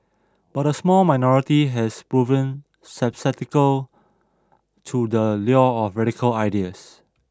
but a small minority have proven susceptible to the lure of radical ideas